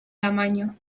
alemanya